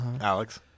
Alex